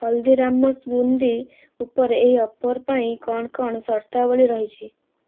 ହଳଦୀରାମ୍ସ୍ ବୁନ୍ଦି ଉପରେ ଏହି ଅଫର୍ ପାଇଁ କ'ଣ କ'ଣ ସର୍ତ୍ତାବଳୀ ରହିଛି